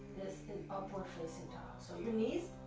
this is upward-facing dog. so your knees,